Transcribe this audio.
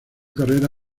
carrera